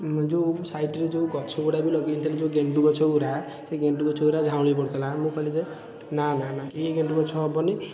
ଯେଉଁ ସାଇଟ୍ରେ ଯେଉଁ ଗଛଗୁଡ଼ା ବି ଲଗେଇଥିଲି ଯେଉଁ ଗେଣ୍ଡୁ଼ ଗଛଗୁରା ସେ ଗେଣ୍ଡୁ଼ ଗଛଗୁରା ଝାଉଁଳି ପଡ଼ିଥିଲା ମୁଁ କହିଲି ଯେ ନା ନା ନା ଏ ଗେଣ୍ଡୁ଼ ଗଛ ହେବନି